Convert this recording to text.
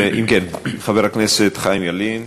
אם כן, חבר הכנסת חיים ילין,